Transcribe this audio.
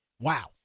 Wow